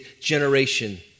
generation